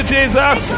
Jesus